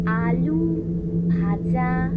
আলু ভাজা